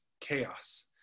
chaos